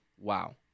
Wow